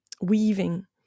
weaving